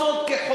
לא רושם מראש.